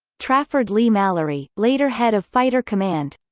trafford leigh-mallory later head of fighter command